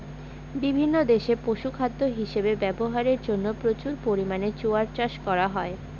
বিভিন্ন দেশে পশুখাদ্য হিসাবে ব্যবহারের জন্য প্রচুর পরিমাণে জোয়ার চাষ করা হয়